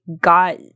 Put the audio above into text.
got